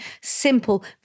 simple